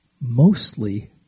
mostly